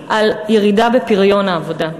דיווחו על ירידה בפריון העבודה.